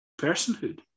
personhood